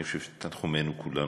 אני חושב תנחומינו כולנו,